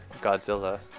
Godzilla